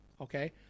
okay